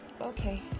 okay